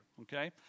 okay